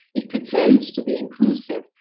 it pretends to be inclusive,